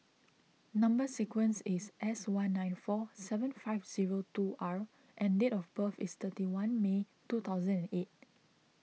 Number Sequence is S one nine four seven five zero two R and date of birth is thirty one May two thousand and eight